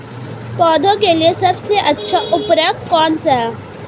पौधों के लिए सबसे अच्छा उर्वरक कौनसा हैं?